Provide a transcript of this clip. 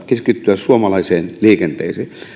keskittyä suomalaiseen liikenteeseen